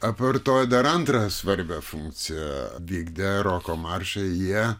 apart to dar antrą svarbią funkciją vykdė roko maršąi jie